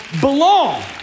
belong